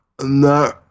No